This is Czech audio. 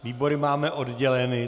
Výbory máme odděleny.